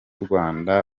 rwanda